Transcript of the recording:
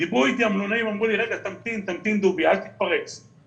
והגיע הזמן שתצאו עם זה בכותרות גם החוצה.